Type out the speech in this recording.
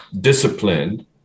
disciplined